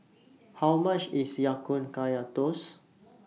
How much IS Ya Kun Kaya Toast